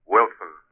Wilson